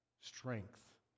strength